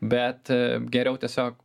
bet geriau tiesiog